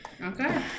Okay